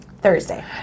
Thursday